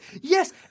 yes